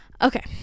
okay